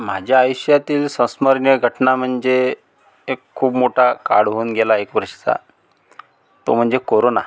माझ्या आयुष्यातील संस्मरणीय घटना म्हणजे एक खूप मोठा काळ होऊन गेला एक वर्षाचा तो म्हणजे कोरोना